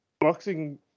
boxing